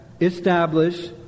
establish